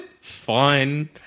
Fine